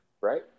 Right